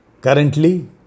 Currently